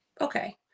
okay